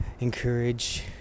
encourage